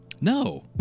No